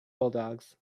bulldogs